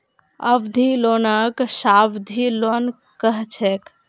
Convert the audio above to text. अवधि लोनक सावधि लोन कह छेक